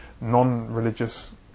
non-religious